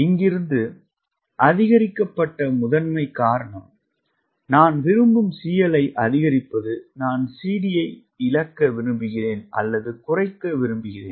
இங்கிருந்து அதிகரிக்கப்பட முதன்மைக் காரணம் நான் விரும்பும் CL ஐ அதிகரிப்பது நான் CD ஐ இழுக்க விரும்புகிறேன் அல்லது குறைக்க விரும்புகிறேன்